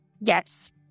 Yes